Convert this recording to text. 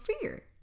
fear